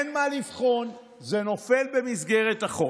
אין מה לבחון, זה נופל במסגרת החוק.